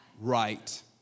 right